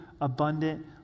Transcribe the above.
abundant